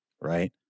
right